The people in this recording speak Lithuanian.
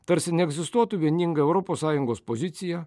tarsi neegzistuotų vieninga europos sąjungos pozicija